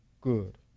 good